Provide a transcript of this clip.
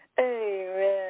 Amen